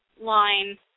line